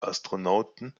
astronauten